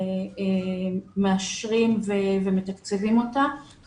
שאנחנו מאשרים ומתקציבים כל בקשה שרשות מגישה,